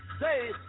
say